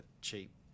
cheap